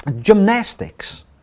gymnastics